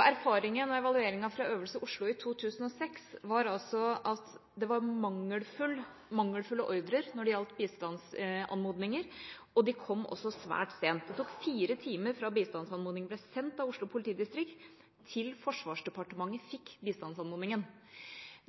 Erfaringen med evalueringen av øvelsen i Oslo i 2006 var altså at det var mangelfulle ordrer med tanke på bistandsanmodninger, og de kom også svært sent. Det tok fire timer fra bistandsanmodningen ble sendt av Oslo politidistrikt til Forsvarsdepartementet fikk bistandsanmodningen.